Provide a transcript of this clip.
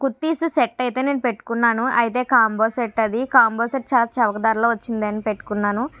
kurtis set అయితే నేను పెట్టుకున్నాను అయితే కాంబో సెట్ అది కాంబో సెట్ చాలా చౌక ధరలో వచ్చిందని పెట్టుకున్నాను